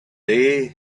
day